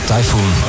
Typhoon